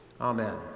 Amen